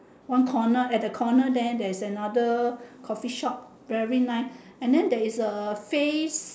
one corner at the corner there there is another coffee shop very nice and then there is uh face